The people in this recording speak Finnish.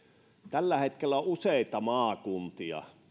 tällä hetkellä on useita maakuntia